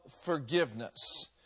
forgiveness